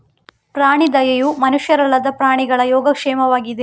ಪ್ರಾಣಿ ದಯೆಯು ಮನುಷ್ಯರಲ್ಲದ ಪ್ರಾಣಿಗಳ ಯೋಗಕ್ಷೇಮವಾಗಿದೆ